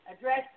address